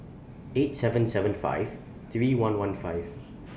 eight seven seven five three one one five